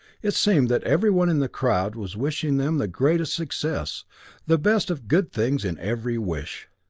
it seemed that everyone in the crowd was wishing them the greatest success the best of good things in every wish.